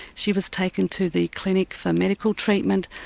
she was taken to the clinic for medical treatment,